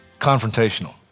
Confrontational